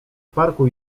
parku